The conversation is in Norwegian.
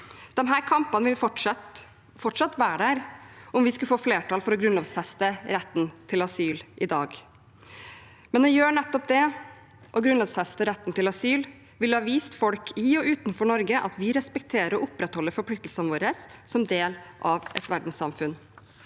Disse kampene vil fortsatt være der selv om vi skulle fått flertall for å grunnlovfeste retten til asyl i dag. Men å gjøre nettopp det – grunnlovfeste retten til asyl – ville ha vist folk, i og utenfor Norge, at vi respekterer og opprettholder forpliktelsene våre som del av et verdenssamfunn.